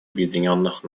объединенных